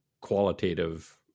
qualitative